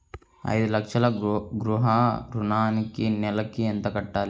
ఐదు లక్షల గృహ ఋణానికి నెలకి ఎంత కట్టాలి?